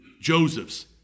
Joseph's